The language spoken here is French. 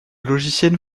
logiciel